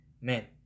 men